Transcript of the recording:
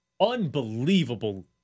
unbelievable